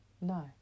no